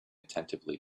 attentively